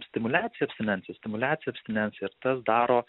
stimuliacija abstinencija stimuliacija abstinenciją ir tas daro